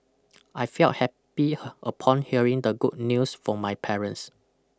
I felt happy upon hearing the good news from my parents